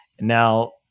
Now